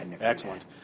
Excellent